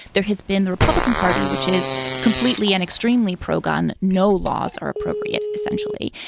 there has been the republican party, which is completely and extremely pro-gun. no laws are appropriate, essentially.